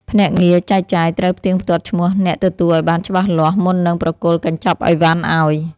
ភ្នាក់ងារចែកចាយត្រូវផ្ទៀងផ្ទាត់ឈ្មោះអ្នកទទួលឱ្យបានច្បាស់លាស់មុននឹងប្រគល់កញ្ចប់អីវ៉ាន់ឱ្យ។